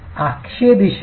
अक्षीय दिशेने